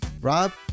Rob